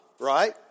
right